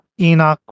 Enoch